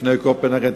לפני קופנהגן,